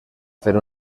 fer